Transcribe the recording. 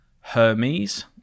Hermes